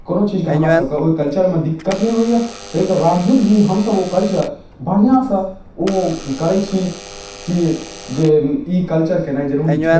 कोनो चीजके हमरा सबके ओइ कल्चरमे दिक्कत नहि होइए तैके बावजूद भी हमसब ओ कल्चर बढ़िआँसँ ओ करै छी कि जे ई कल्चर केनाइ जरुरी छै